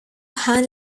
hand